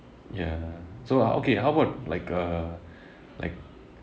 ya so uh okay how about like uh like